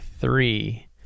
three